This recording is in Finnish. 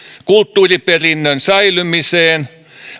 kulttuuriperinnön säilymiseen